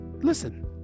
listen